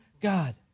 God